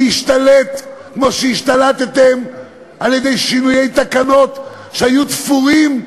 להשתלט כמו שהשתלטתם על-ידי שינויי תקנות שהיו תפורים.